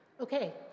Okay